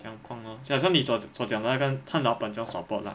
怎样碰 lor 假说你所所讲的那个看老板怎样 support lah